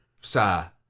sir